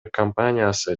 компаниясы